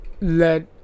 Let